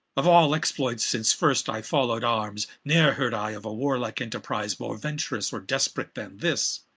of all exploits since first i follow'd armes, nere heard i of a warlike enterprize more venturous, or desperate then this